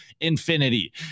infinity